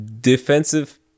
defensive